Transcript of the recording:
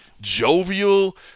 jovial